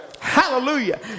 Hallelujah